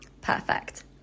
perfect